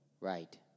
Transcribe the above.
Right